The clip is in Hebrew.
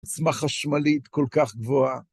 עצמה חשמלית כל כך גבוהה.